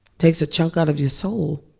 takes a chunk out of your soul